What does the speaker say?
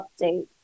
update